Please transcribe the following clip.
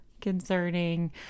concerning